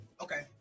Okay